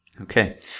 Okay